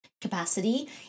capacity